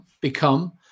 become